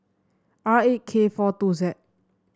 R eight K four two Z